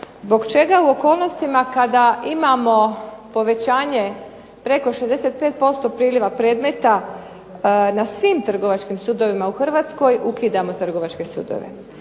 zbog čega u okolnostima kada imamo povećanje preko 65% priliva predmeta na svim trgovačkim sudovima u Hrvatskoj ukidamo trgovačke sudove.